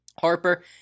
Harper